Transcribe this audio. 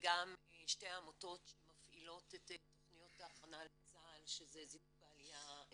וגם שתי העמותות שמפעילות את תכניות הכנה לצה"ל שזה זינוק בעליה,